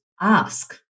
ask